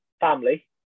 family